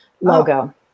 logo